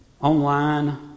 online